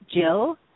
Jill